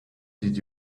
did